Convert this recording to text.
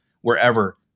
wherever